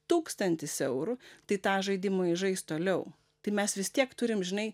tūkstantis eurų tai tą žaidimą jis žais toliau tai mes vis tiek turim žinai